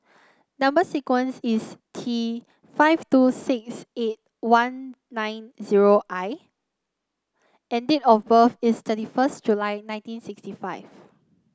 number sequence is T five two six eight one nine zero I and date of birth is thirty first July nineteen sixty five